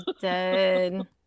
dead